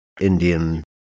Indian